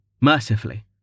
Mercifully